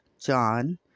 John